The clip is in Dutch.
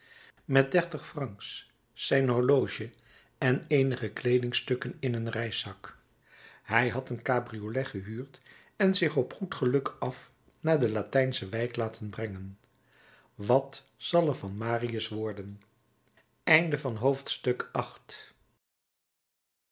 met dertig francs zijn horloge en eenige kleedingstukken in een reiszak hij had een cabriolet gehuurd en zich op goed geluk af naar de latijnsche wijk laten brengen wat zal er van marius worden